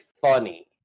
funny